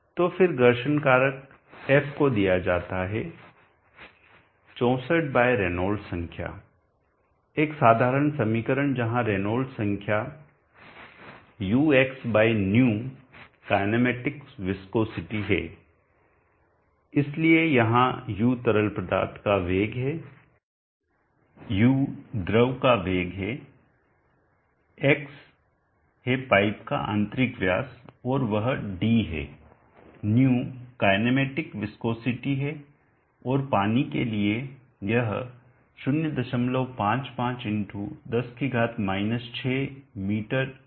तो फिर घर्षण कारक f को दिया जाता है 64 बाय रेनॉल्ड्स संख्या एक साधारण समीकरण जहां रेनॉल्ड्स संख्या uxυ काईनेमैटिक्स विस्कोसिटी है इसलिए यहां u तरल पदार्थ का वेग है x u द्रव का वेग है x है पाइप का आंतरिक व्यास और वह d है υ काईनेमैटिक्स विस्कोसिटी है और पानी के लिए यह 055x10 6 m2sec है